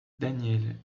daniel